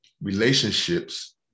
relationships